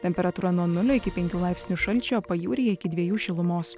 temperatūra nuo nulio iki penkių laipsnių šalčio pajūryje iki dviejų šilumos